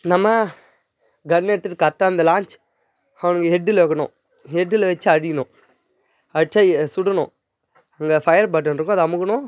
நம்ம கன் எடுத்துகிட்டு கரெக்டாக அந்த லான்ச் அவனுங்க ஹெட்டில் வைக்கணும் ஹெட்டில் வெச்சு அடிக்கணும் அடித்தா சுடணும் அந்த ஃபயர் பட்டனிருக்கும் அதை அமுக்கணும்